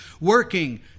working